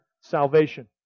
salvation